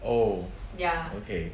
oh okay